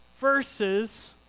verses